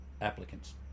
applicants